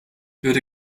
würde